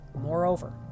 Moreover